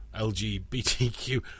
LGBTQ